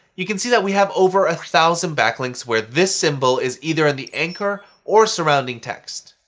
you can see that we have over a thousand backlinks where this symbol is either in the anchor or surrounding text.